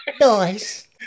Nice